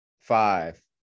five